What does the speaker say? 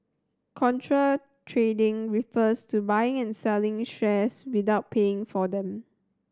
contra trading refers to buying and selling shares without paying for them